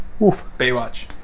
Baywatch